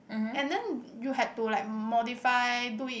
and then you had to like modify do it